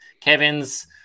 Kevin's